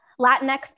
Latinx